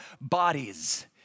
bodies